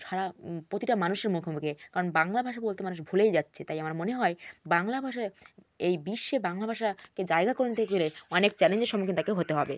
সারা প্রতিটা মানুষের মুখে মুখে কারণ বাংলা ভাষা বলতে মানুষ ভুলেই যাচ্ছে তাই আমার মনে হয় বাংলা ভাষা এই বিশ্বে বাংলা ভাষাকে জায়গা করে নিতে গেলে অনেক চ্যালেঞ্জের সম্মুখীন তাকে হতে হবে